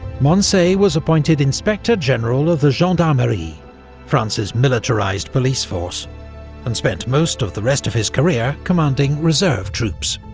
moncey was appointed inspector-general of the gendarmerie france's militarised police force and spent most of the rest of his career commanding reserve troops.